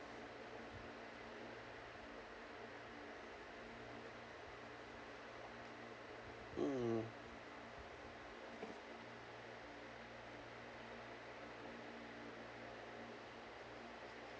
hmm